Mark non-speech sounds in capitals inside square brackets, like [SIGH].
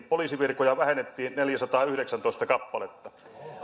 [UNINTELLIGIBLE] poliisivirkoja vähennettiin neljäsataakymmentä kappaletta